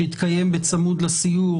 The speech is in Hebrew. שיתקיים בצמוד לסיור,